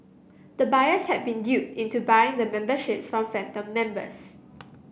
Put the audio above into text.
the buyers had been duped into buying the memberships from phantom members